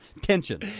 tension